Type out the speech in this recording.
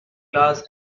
class